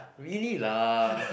really lah